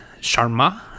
Sharma